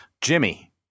Jimmy